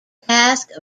task